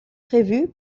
prévues